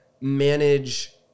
manage